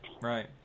right